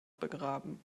begraben